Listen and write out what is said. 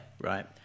right